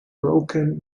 broken